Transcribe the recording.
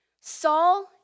Saul